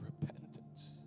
repentance